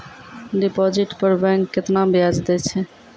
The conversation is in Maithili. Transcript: डिपॉजिट पर बैंक केतना ब्याज दै छै?